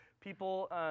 people